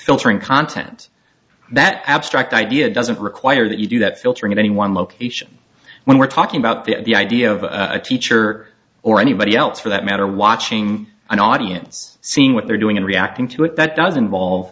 filtering content that abstract idea doesn't require that you do that filtering in any one location when we're talking about the idea of a teacher or anybody else for that matter watching an audience seeing what they're doing and reacting to it that doesn't involve